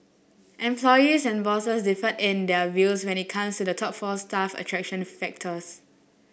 employees and bosses differed in their views when it comes to the top four staff attraction factors